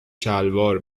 شلوار